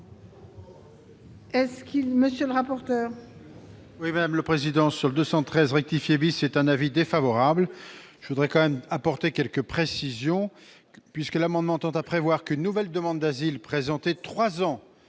Monsieur le rapporteur,